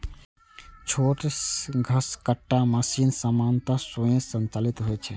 छोट घसकट्टा मशीन सामान्यतः स्वयं संचालित होइ छै